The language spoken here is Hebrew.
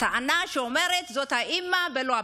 בטענה שאומרת: זאת האימא ולא הבת.